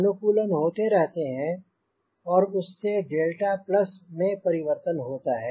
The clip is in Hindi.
अनुकूलन होते रहते हैं और उससे डेल्टा प्लस में परिवर्तन होता है